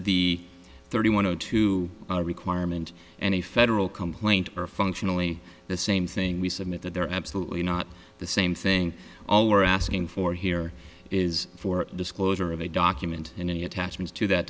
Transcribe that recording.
the thirty one zero two requirement and a federal complaint are functionally the same thing we submit that they're absolutely not the same thing all we're asking for here is for the disclosure of a document in any attachments to that